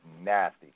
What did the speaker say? nasty